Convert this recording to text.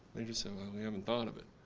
lady said well, we haven't thought of it.